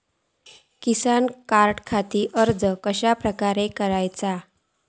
किसान कार्डखाती अर्ज कश्याप्रकारे करूचो?